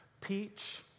peach